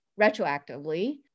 retroactively